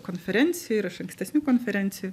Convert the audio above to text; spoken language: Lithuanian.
konferencijų ir iš ankstesnių konferencijų